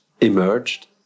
emerged